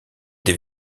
des